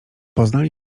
poznali